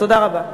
תודה רבה.